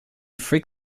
frick